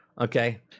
okay